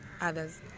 others